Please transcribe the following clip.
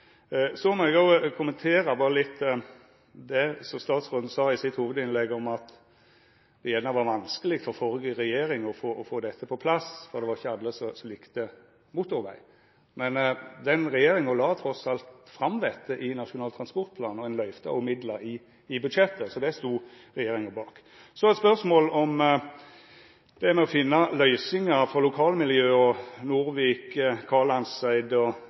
Eg vil òg kommentera det statsråden sa i sitt hovudinnlegg, om at det gjerne var vanskeleg for den førre regjeringa å få dette på plass fordi ikkje alle likte motorveg. Men den regjeringa la trass i alt fram dette i Nasjonal transportplan, og ein løyvde òg midlar i budsjetta. Så det stod den regjeringa bak. Så til eit spørsmål om å finna løysingar for lokalmiljøet ved Nordvik og Kalandseid